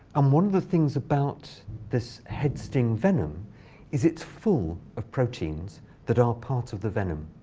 um one of the things about this head-sting venom is it's full of proteins that are part of the venom.